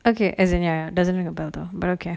okay as in ya doesn't ring a bell though but okay